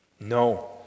No